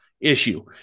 issue